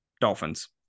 Dolphins